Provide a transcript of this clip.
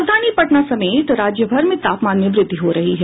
राजधानी पटना समेत राज्यभर में तापमान में वृद्धि हो रही है